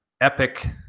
epic